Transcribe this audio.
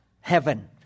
heaven